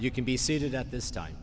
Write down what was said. you can be seated at this time